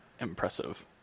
impressive